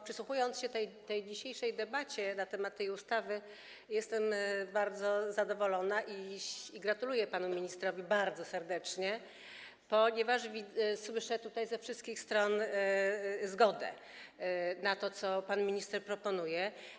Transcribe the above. Przysłuchuję się tej dzisiejszej debacie na temat tej ustawy i jestem bardzo zadowolona, gratuluję panu ministrowi bardzo serdecznie, ponieważ słyszę tutaj ze wszystkich stron zgodę na to, co pan minister proponuje.